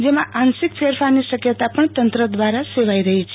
જેમાં આંશિક ફેરફારની શક્યતા પણ તંત્ર દ્વારા સેવાઈ રહી છે